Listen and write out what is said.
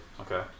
okay